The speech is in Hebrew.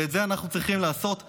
ואת זה אנחנו צריכים לעשות כאן.